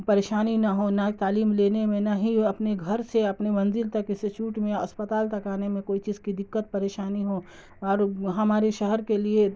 پریشانی نہ ہو نہ تعلیم لینے میں نہ ہی اپنے گھر سے اپنے منزل تک انسیچوٹ میں اسپتال تک آنے میں کوئی چیز کی دقت پریشانی ہو اور ہمارے شہر کے لیے